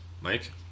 Mike